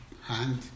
hand